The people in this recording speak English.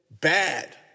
bad